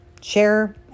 share